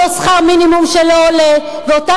נגד אותו שכר מינימום שלא עולה ואותם